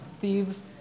thieves